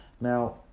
Now